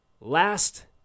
Last